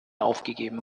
aufgegeben